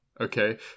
okay